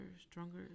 stronger